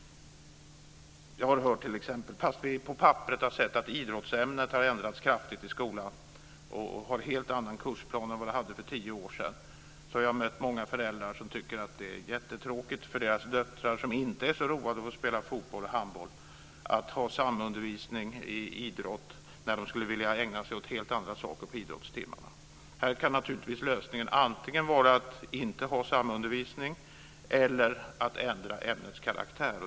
Trots att idrottsämnet på papperet har ändrats kraftigt i skolan och har en helt annan kursplan än för tio år sedan har jag mött många föräldrar som tycker att det är jättetråkigt för deras döttrar som inte är så roade av att spela fotboll och handboll att ha samundervisning i idrott - de skulle vilja ägna sig åt helt andra saker på idrottstimmarna. Här kan lösningen naturligtvis antingen vara att inte ha samundervisning eller att ändra ämnets karaktär.